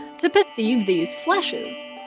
to perceive these flashes.